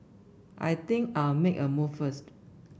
I think I'll make a move first